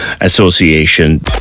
Association